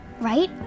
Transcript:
Right